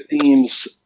themes